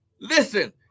listen